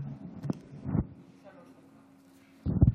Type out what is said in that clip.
בבקשה, שלוש דקות, אדוני.